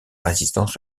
résistance